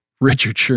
Richard